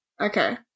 Okay